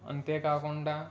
అంతేకాకుండా